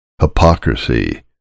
hypocrisy